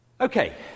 Okay